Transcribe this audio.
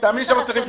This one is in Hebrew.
תאמיני לי שהם צריכים.